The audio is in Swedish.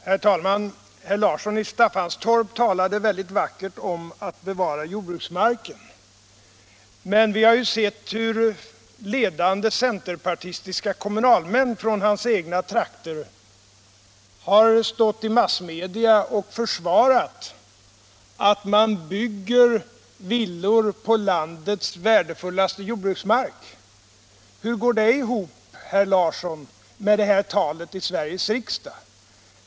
Herr talman! Herr Larsson i Staffanstorp talade väldigt vackert om att bevara jordbruksmarken. Men vi har ju sett hur ledande centerpartistiska kommunalmän från herr Larssons egna trakter i massmedia har försvarat att man bygger villor på landets värdefullaste jordbruksmark. Hur går det ihop, herr Larsson, med det här talet i Sveriges riksdag?